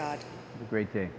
god the great thing